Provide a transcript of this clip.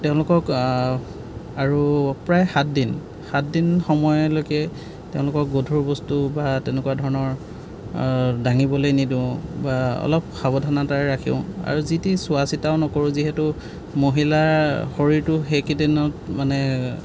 তেওঁলোকক আৰু প্ৰায় সাত দিন সাত দিন সময়লৈকে তেওঁলোকক গধুৰ বস্তু বা তেনেকুৱা ধৰণৰ দাঙিবলৈ নিদিওঁ বা অলপ সাৱধানতাৰে ৰাখোঁ আৰু যি তি চোৱা চিতাও নকৰোঁ যিহেতু মহিলাৰ শৰীৰটো সেইকেইদিনত মানে